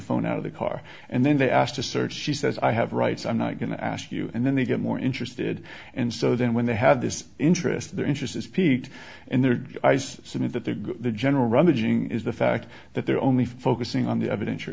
phone out of the car and then they asked to search she says i have rights i'm not going to ask you and then they get more interested and so then when they have this interest their interest is piqued and their eyes sit in that the general rummaging is the fact that they're only focusing on the evidence or